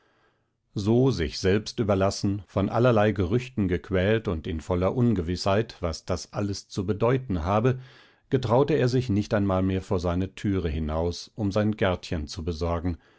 so sich selbst überlassen von allerlei gerüchten gequält und in voller ungewißheit was alles das zu bedeuten habe getraute er sich nicht einmal mehr vor seine türe hinaus um sein gärtchen zu besorgen